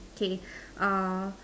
K err